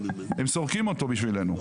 סורקים אותו בשבילנו.